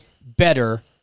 better